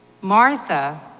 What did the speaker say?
Martha